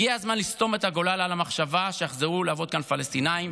הגיע הזמן לסתום את הגולל על המחשבה שיחזרו לעבוד כאן פלסטינים,